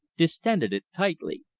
distended it tightly.